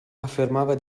affermava